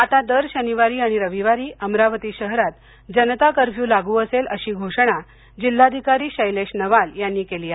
आता दर शनिवार आणि रविवारी अमरावती शहरात जनता कर्फ्यू लागू असेल अशी घोषणा जिल्हाधिकारी शैलेश नवाल यांनी केली आहे